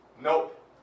Nope